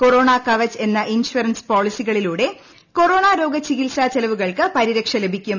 corona Kavach എന്ന insurance പോളിസിക്കിളിലൂടെ corona രോഗ ചികിത്സ ചെലവുകൾക്ക് പരിർക്ഷ ലഭിക്കും